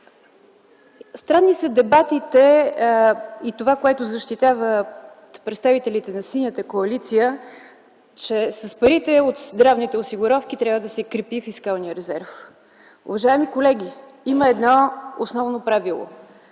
Странни са дебатите и това, което защитават представителите на Синята коалиция, че с парите от здравните осигуровки трябва да се крепи фискалният резерв. Уважаеми колеги, има едно основно правило: